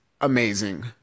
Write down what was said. amazing